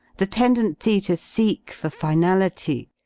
the tendency to seek for finality,